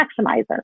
Maximizer